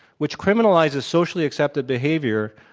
which criminalizes socially accepted behavior,